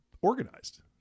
organized